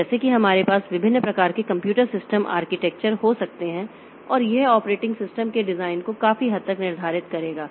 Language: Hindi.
तो जैसे कि हमारे पास विभिन्न प्रकार के कंप्यूटर सिस्टम आर्किटेक्चर हो सकते हैं और यह ऑपरेटिंग सिस्टम के डिजाइन को काफी हद तक निर्धारित करेगा